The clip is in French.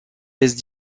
laisse